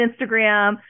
Instagram